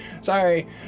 Sorry